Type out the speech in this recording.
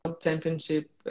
championship